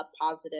positive